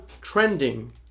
trending